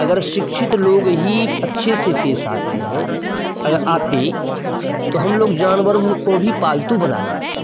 अगर शिक्षित लोग ही अच्छे से पेश आते हैं अगर आते तो हम लोग जानवर भो को भी पालतू बना लेते हैं